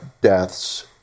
deaths